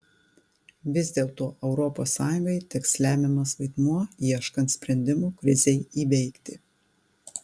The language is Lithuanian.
vis dėlto europos sąjungai teks lemiamas vaidmuo ieškant sprendimų krizei įveikti